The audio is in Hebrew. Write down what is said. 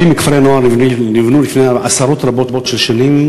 רבים מכפרי-הנוער נבנו לפני עשרות רבות של שנים,